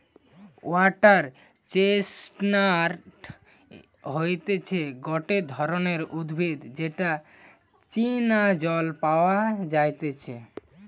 water chestnut হতিছে গটে ধরণের উদ্ভিদ যেটা চীনা জল পাওয়া যাইতেছে